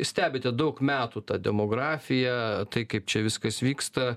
stebite daug metų tą demografiją tai kaip čia viskas vyksta